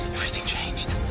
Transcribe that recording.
changed.